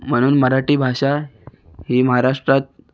म्हणून मराठी भाषा ही महाराष्ट्रात